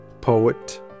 poet